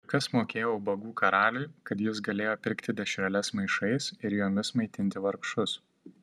ir kas mokėjo ubagų karaliui kad jis galėjo pirkti dešreles maišais ir jomis maitinti vargšus